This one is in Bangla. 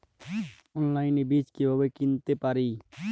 অনলাইনে বীজ কীভাবে কিনতে পারি?